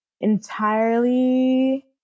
entirely